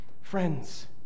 Friends